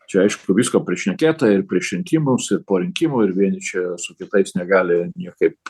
čia aišku visko prišnekėta ir prieš rinkimus ir po rinkimų ir vieni čia su kitais negali niekaip